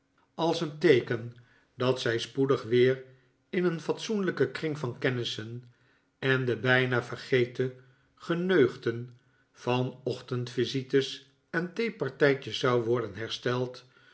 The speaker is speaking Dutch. als een teeken dat zij spoedig weer in een fatsoenlijken kring van kennissen en de bijna vergeten geneugten van ochtendvisites en theepartijtjes zou worden hersteld